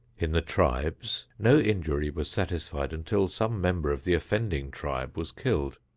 in the tribes no injury was satisfied until some member of the offending tribe was killed.